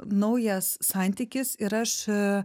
naujas santykis ir aš